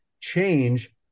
change